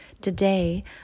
Today